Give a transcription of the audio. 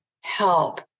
help